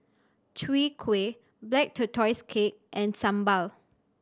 Chwee Kueh Black Tortoise Cake and sambal